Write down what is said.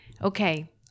Okay